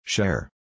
Share